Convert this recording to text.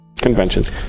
conventions